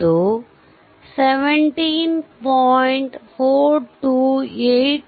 428 volt v2 20